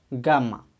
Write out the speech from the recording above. Gamma